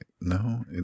No